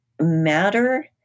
matter